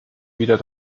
wieder